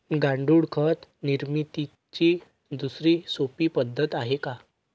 गांडूळ खत निर्मितीची दुसरी सोपी पद्धत आहे का?